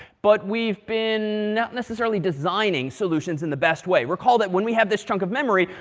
but we've been not necessarily designing solutions in the best way. recall that when we have this chunk of memory,